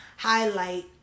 Highlight